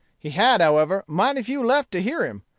he had, however, mighty few left to hear him,